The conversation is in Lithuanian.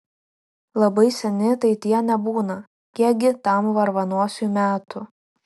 labai seni tai tie nebūna kiekgi tam varvanosiui metų